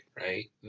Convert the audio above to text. right